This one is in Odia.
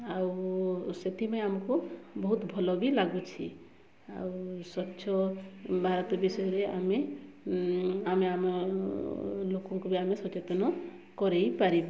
ଆଉ ସେଥିପାଇଁ ଆମକୁ ବହୁତ ଭଲ ବି ଲାଗୁଛି ଆଉ ସ୍ୱଚ୍ଛ ଭାରତ ବିଷୟରେ ଆମେ ଆମେ ଆମ ଲୋକଙ୍କୁ ବି ଆମେ ସଚେତନ କରେଇ ପାରିବୁ